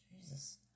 Jesus